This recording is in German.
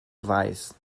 weiß